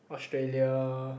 Australia